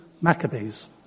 Maccabees